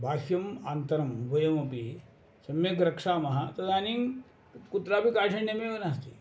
बाह्यम् अन्तरं उभयमपि सम्यक् रक्षयामः तदानीं कुत्रापि काठन्यमेव नास्ति